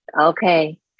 Okay